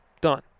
done